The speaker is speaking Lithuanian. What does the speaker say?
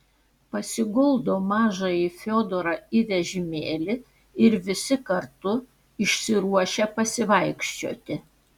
pasiguldo mažąjį fiodorą į vežimėlį ir visi kartu išsiruošia pasivaikščioti